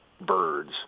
birds